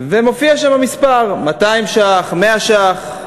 ומופיע שם המספר, 200 ש"ח, 100 ש"ח.